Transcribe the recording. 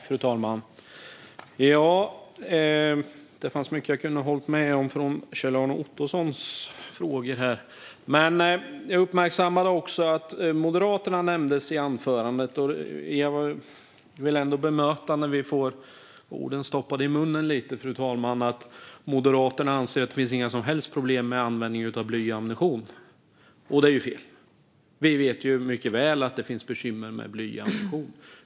Fru talman! Jag kan hålla med om mycket i Kjell-Arne Ottossons frågor. Jag uppmärksammade att Moderaterna nämndes i anförandet. Jag vill bemöta när vi får orden stoppade i munnen på oss - att Moderaterna inte anser att det finns några som helst problem med användningen av blyammunition. Det är fel. Vi vet mycket väl att det finns bekymmer med blyammunition.